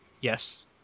Yes